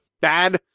bad